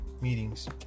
meetings